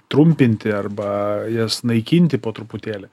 trumpinti arba jas naikinti po truputėlį